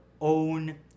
own